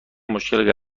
مشکل